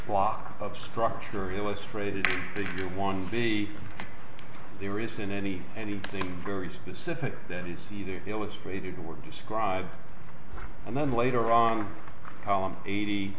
block of structure illustrated if you want to be there isn't any anything very specific that is either illustrated or described and then later on column eighty